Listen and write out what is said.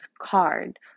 card